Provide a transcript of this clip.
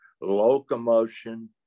locomotion